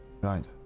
Right